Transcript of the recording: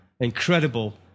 Incredible